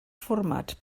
formats